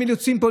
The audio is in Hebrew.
חבר הכנסת אחמד